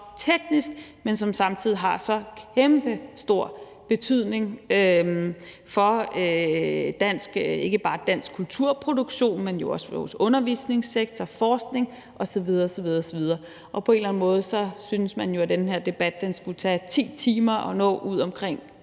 men som samtidig har så kæmpestor betydning, ikke bare for dansk kulturproduktion, men jo også for vores undervisningssektor, forskningssektor osv. osv. På en eller anden måde synes man jo, at den her debat skulle tage 10 timer og nå rundt